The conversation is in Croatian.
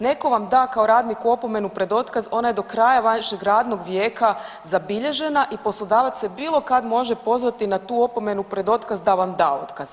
Netko vam da kao radniku opomenu pred otkaz, ona je do kraja vašeg radnog vijeka zabilježena i poslodavac se bilo kad može pozvati na tu opomenu pred otkaz da vam da otkaz.